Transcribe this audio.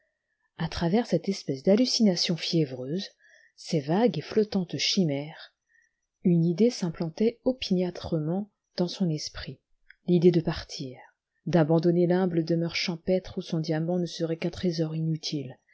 a travers cette espèce d'hallucination fiévreuse ces vagues et flottantes chimères une idée s'implantait opiniâtrement dans son esprit l'idée do partir d'abandonner l'humble demeure champêtre où son diamant ne serait qu'un trésor inutile